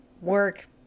work